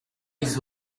les